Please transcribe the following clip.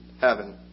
heaven